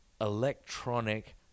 electronic